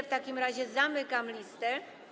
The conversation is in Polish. W takim razie zamykam listę.